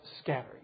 scattering